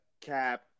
Cap